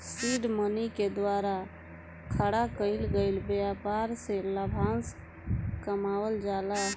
seed money के द्वारा खड़ा कईल गईल ब्यपार से लाभांस कमावल जाला